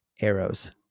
arrows